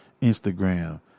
instagram